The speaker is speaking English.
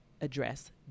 address